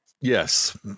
Yes